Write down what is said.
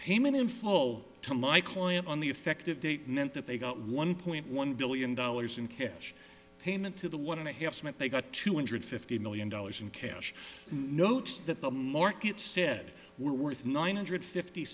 payment in full to my client on the effective date meant that they got one point one billion dollars in cash payment to the one and a half meant they got two hundred fifty million dollars in cash notes that the market said were worth nine hundred fifty